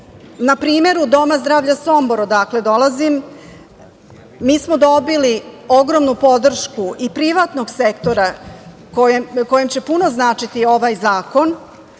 Na primeru Doma zdravlja Sombor, odakle dolazim, mi smo dobili ogromnu podršku i privatnog sektora kojem će puno značiti ovaj zakon,